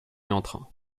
entrant